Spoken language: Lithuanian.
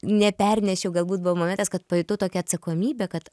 nepernešiau galbūt buvo momentas kad pajutau tokią atsakomybę kad